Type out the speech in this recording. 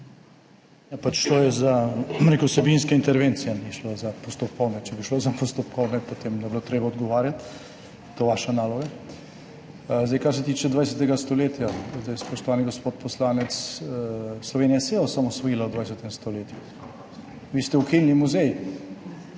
Šlo je za vsebinske intervencije, ni šlo za postopkovne. Če bi šlo za postopkovne, potem ne bi bilo treba odgovarjati, to je vaša naloga. Kar se tiče 20. stoletja, spoštovani gospod poslanec, Slovenija se je osamosvojila v 20. stoletju, vi ste ukinili muzej,